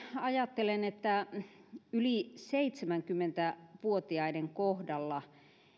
ajattelen että erityisesti yli seitsemänkymmentä vuotiaiden kohdalla